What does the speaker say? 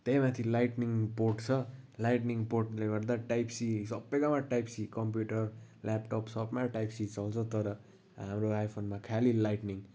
त्यही माथि lightning port छ लाइट्निङ पोर्टले गर्दा टाइप सी सबैकोमा टाइप सी कम्प्युटर ल्यापटप सबमा टाइप सी चल्छ तर हाम्रो आइफोनमा खालि लाइट्निङ